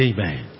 Amen